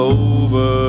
over